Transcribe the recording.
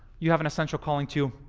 you have an essential calling, too.